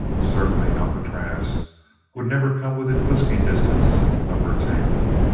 certainly alcatraz would never come within whisking distance of her tail!